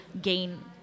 gain